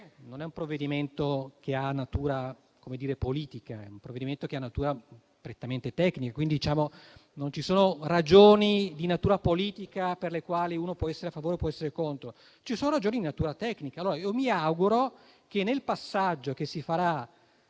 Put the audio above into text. questo provvedimento non ha una natura politica, ma ha una natura prettamente tecnica, quindi non ci sono ragioni di natura politica per le quali uno può essere a favore o contro. Ci sono ragioni di natura tecnica e io mi auguro che, nel passaggio che si farà